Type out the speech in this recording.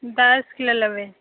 दश किलो लेबै